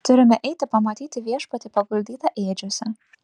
turime eiti pamatyti viešpatį paguldytą ėdžiose